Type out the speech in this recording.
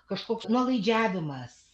kažkoks nuolaidžiavimas